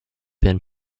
been